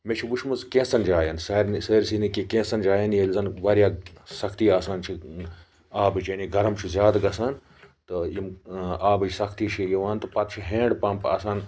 مےٚ چھ وٕچھمٕژ کینٛہہ ژَن جایَن سارنی سٲرسٕے نہٕ کینٛہہ کینٛہہ ژَن جایَن ییٚلہِ زَن واریاہ سَختی آسان چھِ آبٕچ یعنی گرم چھُ زیادٕ گَژھان تہٕ یِم آبٕچ سَختی چھِ یِوان تہٕ پَتہٕ چھُ ہیٚنٛڈ پَمپ آسان